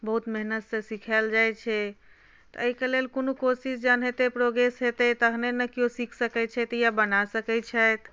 बहुत मेहनतसँ सिखायल जाइ छै तखन एहिके लेल कोनो कोशिश जखन हेतै प्रोग्रेस हेतै तखनै ने केओ सिख सकै छथि या बना सकै छथि